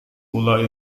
pulau